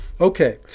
Okay